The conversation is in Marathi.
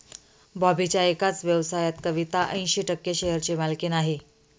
बॉबीच्या एकाच व्यवसायात कविता ऐंशी टक्के शेअरची मालकीण आहे